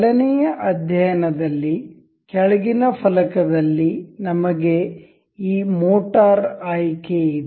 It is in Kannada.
ಚಲನೆಯ ಅಧ್ಯಯನ ದಲ್ಲಿ ಕೆಳಗಿನ ಫಲಕದಲ್ಲಿ ನಮಗೆ ಈ ಮೋಟಾರ್ ಆಯ್ಕೆ ಇದೆ